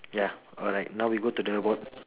ya alright now we go to the bo~ uh